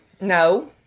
no